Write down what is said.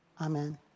Amen